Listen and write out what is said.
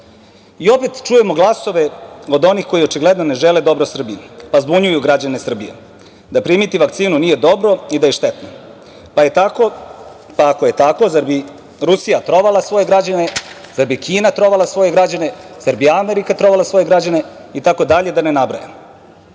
I opet čujemo glasove od onih koji očigledno ne žele dobro Srbiji, pa zbunjuju građane Srbije, da primiti vakcinu nije dobro i da je štetno, pa ako je tako, zar bi Rusija trovala svoje građane, zar bi Kina trovala svoje građane, zar bi Amerika trovala svoje građane itd, da ne nabrajam?